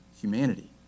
humanity